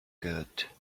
good